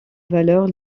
valeur